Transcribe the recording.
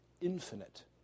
infinite